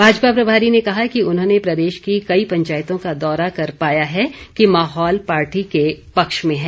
भाजपा प्रभारी ने कहा कि उन्होंने प्रदेश की कई पंचायतों का दौरा कर पाया है कि माहौल पार्टी के पक्ष में है